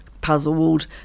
Puzzled